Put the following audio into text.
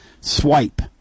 swipe